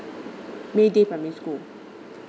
mayday primary school